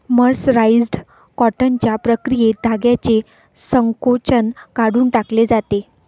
mercerised कॉटनच्या प्रक्रियेत धाग्याचे संकोचन काढून टाकले जाते